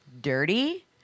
dirty